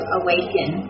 awaken